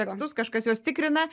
tekstus kažkas juos tikrina